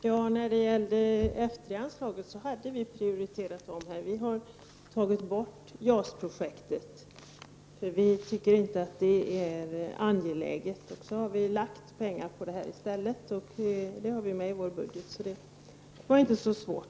Herr talman! Vi hade omprioriterat när det gäller F 3-anslaget. Vi har tagit bort JAS-projektet, eftersom vi tycker att det inte är angeläget. I stället har vi lagt pengar på detta. Det finns med i vår budget, och det var inte så svårt.